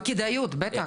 וכדאיות, בטח.